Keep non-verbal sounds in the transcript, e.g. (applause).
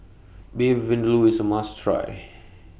Beef Vindaloo IS A must Try (noise)